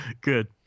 Good